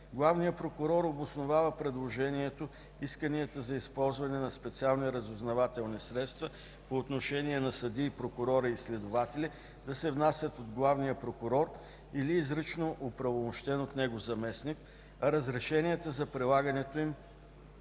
Главният прокурор обоснова предложението исканията за използване на специални разузнавателни средства по отношение на съдии, прокурори и следователи да се внасят от главния прокурор или изрично оправомощен от него заместник, а разрешенията за прилагането им